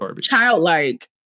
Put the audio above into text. childlike